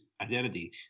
identity